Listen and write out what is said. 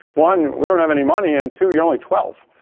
one, we don't have any money and two you're only twelve.